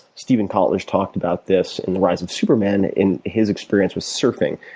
steven kotler talked about this in the rise of superman in his experience with surfing,